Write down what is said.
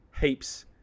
heaps